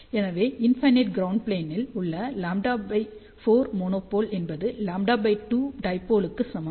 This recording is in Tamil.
எனவே இன்ஃபினிட் க்ரௌண்ட் ப்ளேன் இல் உள்ள இந்த λ4 மோனோபோல் என்பது λ2 டைபோலுக்கு சமம்